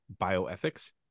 bioethics